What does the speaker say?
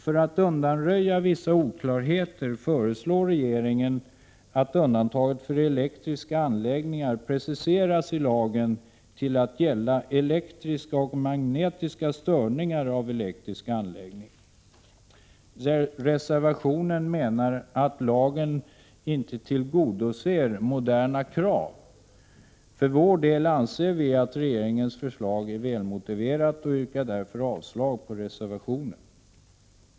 För att undanröja viss oklarhet föreslår regeringen att undantaget för elektriska anläggningar preciseras i lagen till att gälla elektriska och magnetiska störningar av elektrisk anläggning. Reservanterna menar att lagen inte tillgodoser moderna krav. För vår del anser vi att regeringens förslag är välmotiverat och yrkar därför avslag på reservationen.